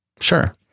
Sure